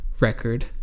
Record